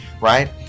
right